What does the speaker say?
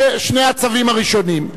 שני הצווים הראשונים.